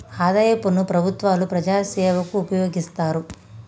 ఆదాయ పన్ను ప్రభుత్వాలు ప్రజాసేవకు ఉపయోగిస్తారు